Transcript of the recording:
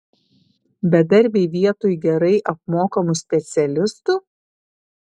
bedarbiai vietoj gerai apmokamų specialistų